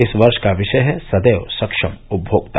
इस वर्ष का विषय है सदैव सक्षम उपभोक्ता